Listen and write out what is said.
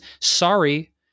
Sorry